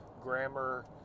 grammar